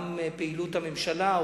גם פעילות הממשלה,